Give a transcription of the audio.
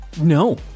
No